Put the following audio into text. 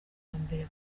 mbere